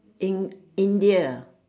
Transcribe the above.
in~ India